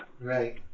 Right